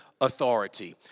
authority